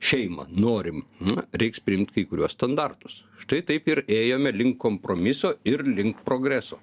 šeimą norim na reiks priimt kai kuriuos standartus štai taip ir ėjome link kompromiso ir link progreso